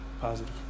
positive